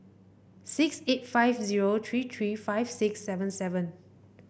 six eight five zero three three five six seven seven